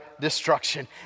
destruction